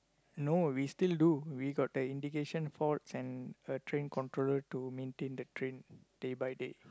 no we still do we got the indication faults and the train controller to maintain the train day by day